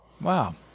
Wow